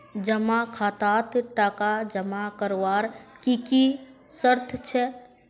जमा खातात टका जमा करवार की की शर्त छे?